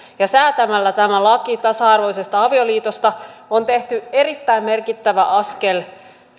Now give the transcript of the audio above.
säätämällä tämä laki tasa arvoisesta avioliitosta on tehty erittäin merkittävä